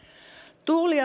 tuuli